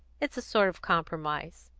it's a sort of compromise.